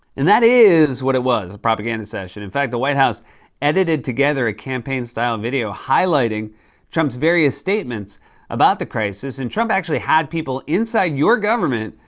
and that is what it was, a propaganda session. in fact, the white house edited together a campaign-style video highlighting trump's various statements about the crisis, and trump actually had people inside your government,